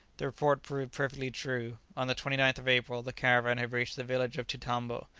the report proved perfectly true. on the twenty ninth of april the caravan had reached the village of chitambo,